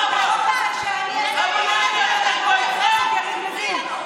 שאני יזמתי יחד עם יושב-ראש הכנסת יריב לוין,